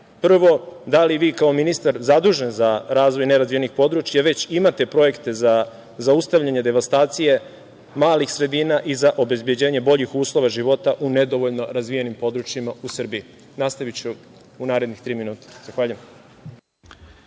prvo – da li vi kao ministar zadužen za razvoj nerazvijenih područja već imate projekte za zaustavljanje devastacije malih sredina i za obezbeđenje boljih uslova života u nedovoljno razvijenim područjima u Srbiji? Nastaviću u narednih tri minuta. Zahvaljujem.